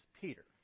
Peter